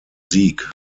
sieg